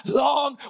long